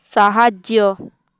ସାହାଯ୍ୟ